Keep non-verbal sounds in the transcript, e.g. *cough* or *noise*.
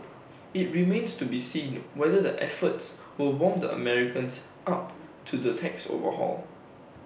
*noise* IT remains to be seen whether the efforts will warm the Americans up to the tax overhaul